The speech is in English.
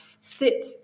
sit